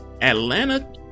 Atlanta